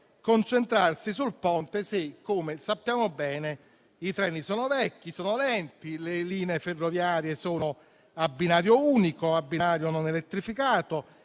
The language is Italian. concentrarsi sul Ponte se - come sappiamo bene - i treni sono vecchi e lenti, le linee ferroviarie sono a binario unico e a binario non elettrificato;